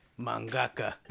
Mangaka